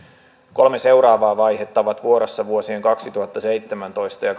kolme seuraavaa vaihetta ovat vuorossa vuosien kaksituhattaseitsemäntoista ja